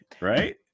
right